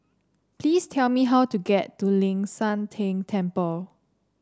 please tell me how to get to Ling San Teng Temple